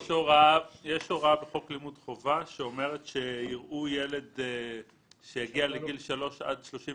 יש הוראה בחוק לימוד חובה שאומרת שיראו ילד שהגיע לגיל שלוש עד 31